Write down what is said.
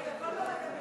רגע, כל פעם אתה,